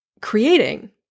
creating